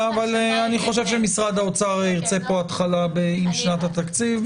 אני חושב שמשרד האוצר ירצה פה התחלה עם שנת התקציב.